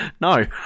No